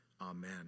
Amen